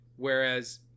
whereas